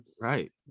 Right